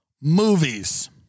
Movies